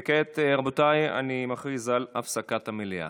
וכעת, רבותיי, אני מכריז על הפסקה בישיבת המליאה.